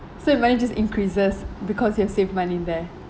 so your money just increases because you have saved money there